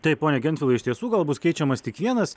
taip pone gentvilai iš tiesų gal bus keičiamas tik vienas